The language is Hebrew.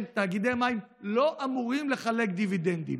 תאגידי המים לא אמורים לחלק דיבידנדים.